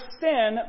sin